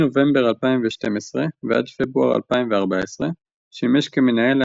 מנובמבר 2012 ועד פברואר 2014 שימש כמנהל